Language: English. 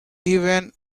even